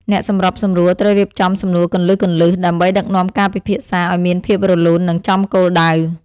អ្នកសម្របសម្រួល ត្រូវរៀបចំសំណួរគន្លឹះៗ ដើម្បីដឹកនាំការពិភាក្សាឱ្យមានភាពរលូន និងចំគោលដៅ។